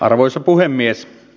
arvoisa puhemies